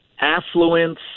affluence